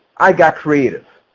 i got creative.